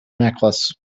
necklace